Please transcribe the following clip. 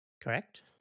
Correct